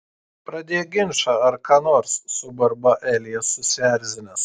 pradėk ginčą ar ką nors suburba elijas susierzinęs